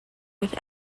with